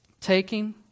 taking